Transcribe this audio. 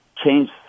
change